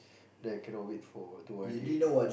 then I cannot wait for to O_R_D already